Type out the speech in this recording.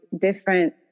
different